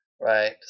right